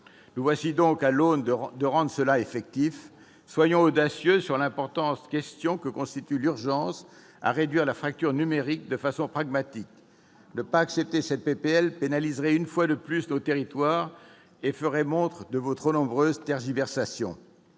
Nous voici donc sur le point de rendre cela effectif : soyons audacieux sur l'importante question que constitue l'urgence à réduire la fracture numérique de façon pragmatique. Ne pas accepter cette proposition de loi pénaliserait une fois de plus nos territoires et montrerait vos trop nombreuses tergiversations.